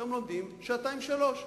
היום לומדים שעתיים, שלוש שעות.